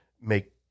make